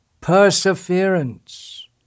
perseverance